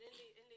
אבל אין לי